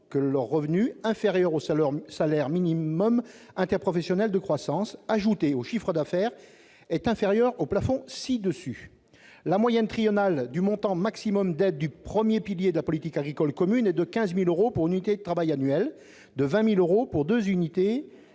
que leur revenu, inférieur au salaire minimum interprofessionnel de croissance, ajouté au chiffre d'affaires est inférieur aux plafonds ci-dessus ;« La moyenne triennale du montant maximum d'aides du premier pilier de la politique agricole commune est de 15 000 euros pour une unité de travail annuel, de 20 000 euros pour deux unités